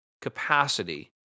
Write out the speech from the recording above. capacity